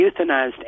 euthanized